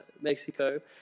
Mexico